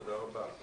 תודה רבה.